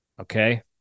Okay